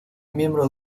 miembro